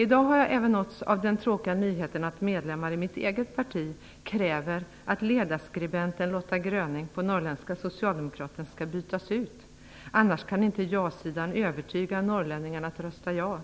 I dag har jag även nåtts av den tråkiga nyheten att medlemmar i mitt eget parti kräver att ledarskribenten Lotta Gröning på Norrländska Socialdemokraten skall bytas ut, annars kan inte ja-sidan övertyga norrlänningarna att rösta ja.